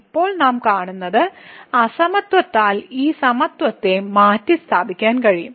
ഇപ്പോൾ നാം കാണുന്നത് അസമത്വത്താൽ ഈ സമത്വത്തെ മാറ്റിസ്ഥാപിക്കാൻ കഴിയും